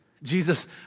Jesus